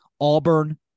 Auburn